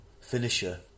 finisher